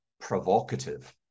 provocative